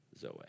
Zoe